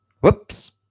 Whoops